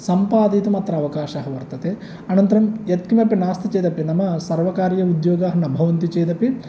सम्पादयितुम् अत्र अवकाशः वर्तते अनन्तरं यत्किमपि नास्ति चेदपि नाम सर्वकारीय उद्योगाः न भवन्ति चेदपि